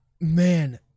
Man